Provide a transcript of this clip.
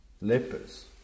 lepers